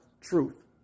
truth